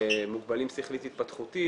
למוגבלים שכלית-התפתחותית,